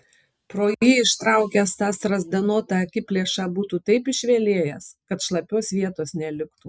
pro jį ištraukęs tą strazdanotą akiplėšą būtų taip išvelėjęs kad šlapios vietos neliktų